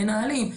מנהלים,